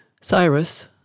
Cyrus